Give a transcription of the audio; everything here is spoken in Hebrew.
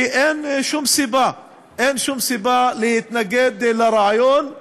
כי אין שום סיבה להתנגד לרעיון